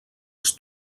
els